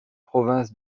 province